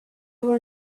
were